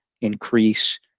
increase